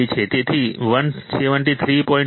તેથી 173